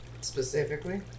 Specifically